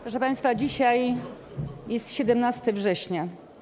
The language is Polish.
Proszę państwa, dzisiaj jest 17 września.